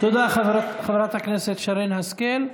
תודה, חברת הכנסת שרן השכל.